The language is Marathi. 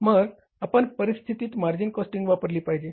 मग आपण या परिस्थितीत मार्जिनल कॉस्टिंग वापरली पाहिजे